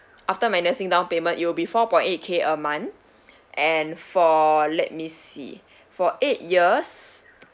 after minusing down payment it will be four point eight K a month and for let me see for eight years